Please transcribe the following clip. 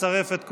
נצרף את קולך,